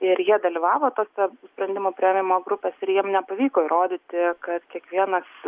ir jie dalyvavo tose sprendimų priėmimo grupėse ir jiem nepavyko įrodyti kad kiekvienas